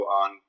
on